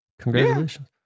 Congratulations